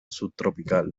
subtropical